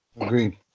Agreed